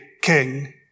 king